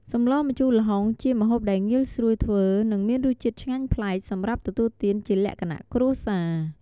សម្លម្ជូរល្ហុង ជាម្ហូបដែលងាយស្រួលធ្វើ និងមានរសជាតិឆ្ងាញ់ប្លែក សម្រាប់ទទួលទានជាលក្ខណៈគ្រួសារ។